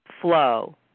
flow